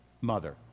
mother